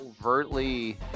overtly